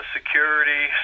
security